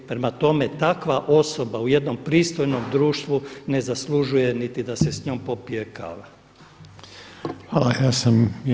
Prema tome, takva osoba u jednom pristojnom društvu ne zaslužuje niti da se s njom popije kava.